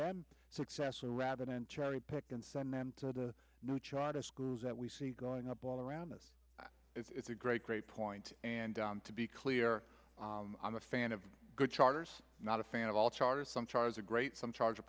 them successful rather than cherry pick and send them to the new charter schools that we see going up all around us it's a great great point and to be clear i'm a fan of good charters not a fan of all charter some charters a great some charge a